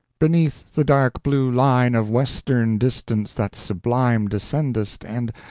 beneath the dark blue line of western distance that sublime descendest, and,